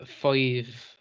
five